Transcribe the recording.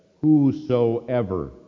whosoever